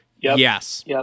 Yes